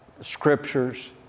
scriptures